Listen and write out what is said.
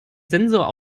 sensor